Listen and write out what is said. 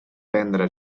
prendre